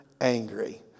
angry